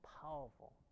powerful